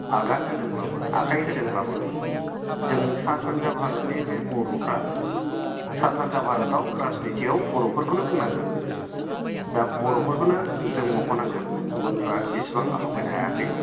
आगान होदोंब्लाबो आखाइ होदोंब्लाबो जों सा सानजा भारतनि बे बर'फ्रा सा सानजा भारताव राजनितियाव बर'फोरखौनो बुंनांगोन दा बर'फोरखौनो जों मख'नांगोन गुबुनफ्रा एसेबां आवगायनो हायाखै